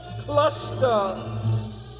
Cluster